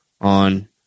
on